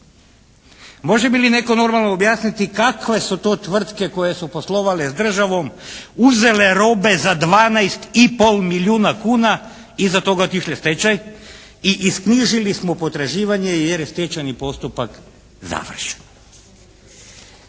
Može li mi netko normalno objasniti kakve su to tvrtke koje su poslovale s državom uzele robe za 12 i pol milijuna kuna i iza toga otišle u stečaj? Isknjižili smo potraživanje jer je stečajni postupak završen.